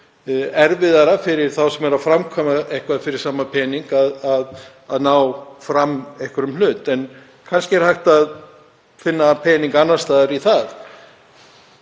verið fyrir þá sem framkvæma eitthvað fyrir sama pening að ná fram einhverjum hlut? En kannski er hægt að finna peninga annars staðar í það.